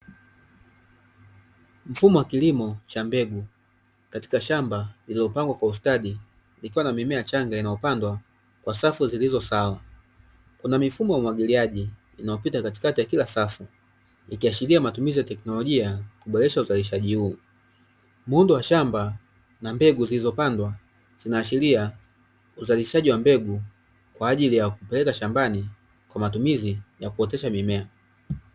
Mfumo wa kilimo cha mbegu katika shamba lililopangwa kwa ustadi ikiwa mimea change iliopandwa kwa safu zilizo sawa kuna mifumo ya umwagiliaji inayopita katikati ya kila safu inayotumia matumizi ya kiteknolojia kuboresha uzalishaji. Muundo wa shamba zilizopandwa zinaashiria uzalishaji wa mbegu kwaajili ya kupeleka shambani kwa matumizi ya kuotesha mimea.